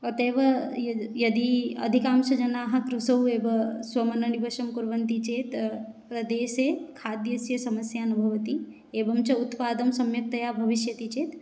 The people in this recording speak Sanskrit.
अतः एव यदि अधिकांशजनाः कृषौ एव स्वमनोनिवेशं कुर्वन्ति चेत् प्रदेशे खाद्यस्य समस्या न भवति एवं च उत्पादं सम्यक्तया भविष्यति चेत्